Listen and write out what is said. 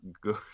good